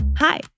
Hi